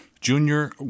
Junior